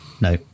No